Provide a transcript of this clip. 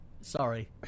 Sorry